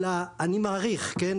אלא אני מעריך, כן?